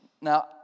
Now